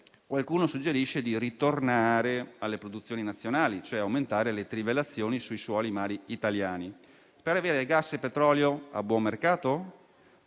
Qualcuno suggerisce di ritornare alle produzioni nazionali, e cioè di aumentare le trivellazioni sui suoli e nei mari italiani, per avere gas e petrolio a buon mercato.